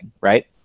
right